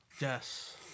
Yes